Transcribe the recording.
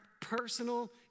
personal